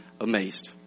amazed